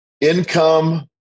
income